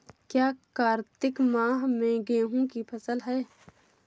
क्या कार्तिक मास में गेहु की फ़सल है?